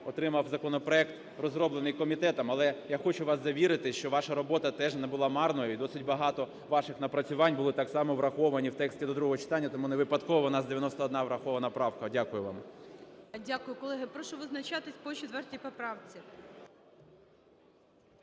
отримав законопроект, розроблений комітетом. Але я хочу вас завірити, що ваша робота теж не була марною, і досить багато ваших напрацювань були так само враховані в тексті до другого читання, тому невипадково у нас 91 врахована правка. Дякую вам. ГОЛОВУЮЧИЙ. Дякую. Колеги, прошу визначатись по 4 поправці.